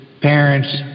parents